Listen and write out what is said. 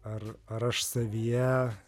ar ar aš savyje